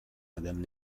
madame